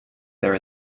there